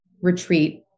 retreat